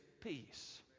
peace